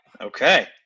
Okay